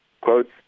quotes